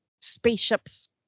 spaceships